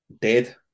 dead